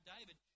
David